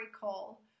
call